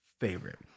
favorite